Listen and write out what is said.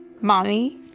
Mommy